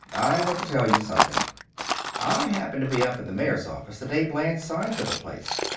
i want to tell you something i happened to be up in the mayor's office the day blanche signed for the place.